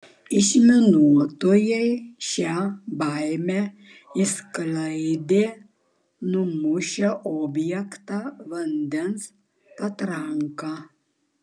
išminuotojai šią baimę išsklaidė numušę objektą vandens patranka